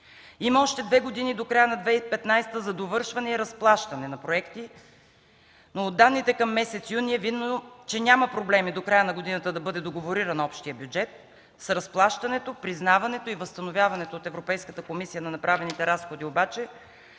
Има още две години до края на 2015 г. за довършване и разплащане на проекти, но от данните към месец юни е видно, че няма проблеми до края на годината да бъде договорен общият бюджет. С разплащането, признаването и възстановяването от Европейската комисия на направените разходи обаче